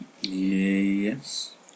Yes